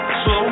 slow